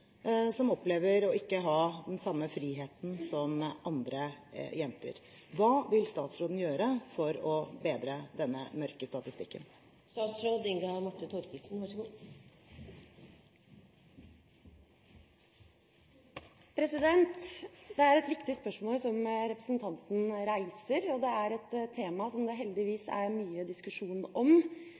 som opplever ikke å ha den samme friheten som andre jenter. Hva vil statsråden gjøre for å bedre denne mørke statistikken? Det er et viktig spørsmål som representanten reiser, og det er et tema som det heldigvis er mye diskusjon om,